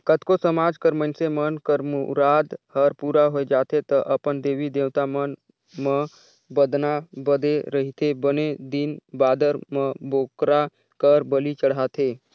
कतको समाज कर मइनसे मन कर मुराद हर पूरा होय जाथे त अपन देवी देवता मन म बदना बदे रहिथे बने दिन बादर म बोकरा कर बली चढ़ाथे